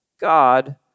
God